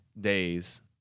days